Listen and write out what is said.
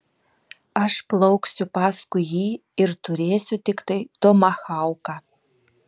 aš plauksiu paskui jį ir turėsiu tiktai tomahauką